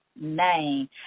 name